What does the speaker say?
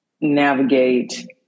navigate